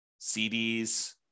CDs